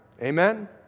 Amen